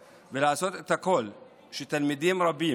עוד עשרות מקומות שבהם תלמידים יהודים וערבים